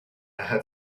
had